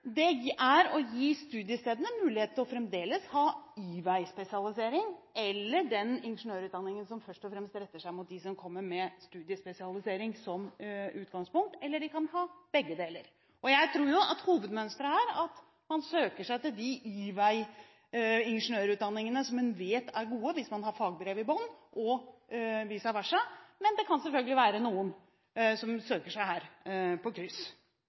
å gi studiestedene mulighet til fremdeles å ha Y-veispesialisering, eller den ingeniørutdanningen som først og fremst retter seg mot dem som kommer med studiespesialisering som utgangspunkt, eller de kan ha begge deler. Jeg tror at hovedmønsteret er at man søker seg til de Y-veiingeniørutdanningene som en vet er gode hvis en har fagbrev i bunn, og vice versa, men det kan selvfølgelig være noen som søker seg her på